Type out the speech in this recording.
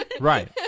right